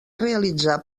realitzar